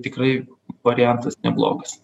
tikrai variantas neblogas